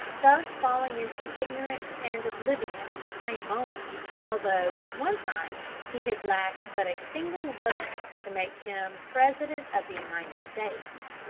thus falling into ignorance and oblivion at the same moment, although at one time he had lacked but a single vote to make him president of the united states.